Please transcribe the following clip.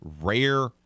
rare